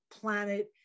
planet